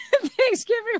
thanksgiving